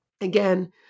again